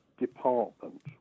department